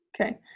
Okay